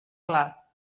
clar